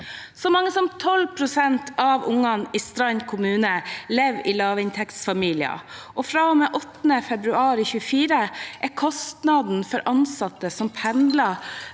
Så mange som 12 pst. av ungene i Strand kommune lever i lavinntektsfamilier. Fra og med 8. februar 2024 er kostnaden for ansatte som pendler